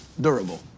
durable